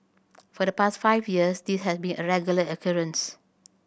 for the past five years this had been a regular occurrence